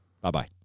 Bye-bye